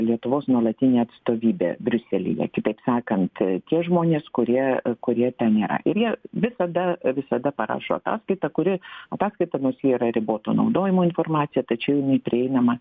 lietuvos nuolatinė atstovybė briuselyje kitaip sakant tie žmonės kurie kurie ten yra ir jie visada visada parašo ataskaitą kuri ataskaitą nors ji yra riboto naudojimo informacija tačiau nei prieinama